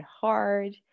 hard